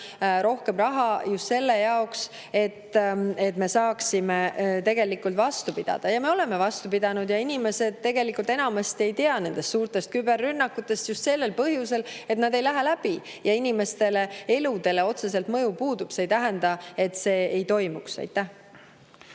rohkem raha just selle jaoks, et me saaksime vastu pidada. Ja me oleme vastu pidanud. Inimesed tegelikult enamasti ei tea nendest suurtest küberrünnakutest just sellel põhjusel, et need ei lähe läbi ja inimeste eludele otsene mõju puudub. See ei tähenda, et neid ei toimuks. Aitäh!